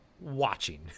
watching